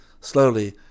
slowly